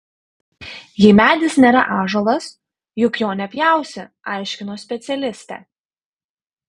jei medis nėra ąžuolas juk jo nepjausi aiškino specialistė